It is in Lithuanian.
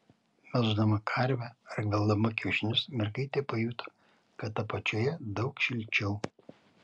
melždama karvę ar gvelbdama kiaušinius mergaitė pajuto kad apačioje daug šilčiau